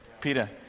Peter